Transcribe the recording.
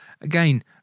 again